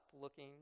looking